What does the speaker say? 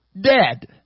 Dead